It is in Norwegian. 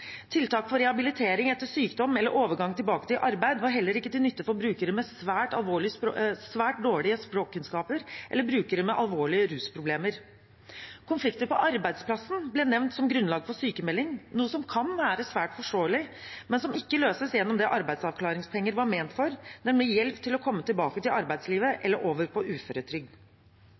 Tiltak for rehabilitering etter sykdom eller overgang tilbake til arbeid var heller ikke til nytte for brukere med svært dårlige språkkunnskaper eller brukere med alvorlige rusproblemer. Konflikter på arbeidsplassen ble nevnt som grunnlag for sykmelding, noe som kan være svært forståelig, men som ikke løses gjennom det arbeidsavklaringspenger var ment for, nemlig hjelp til å komme tilbake til arbeidslivet eller over på uføretrygd.